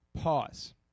pause